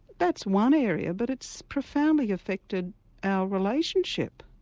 that's one area but it's profoundly affected our relationship,